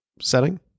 setting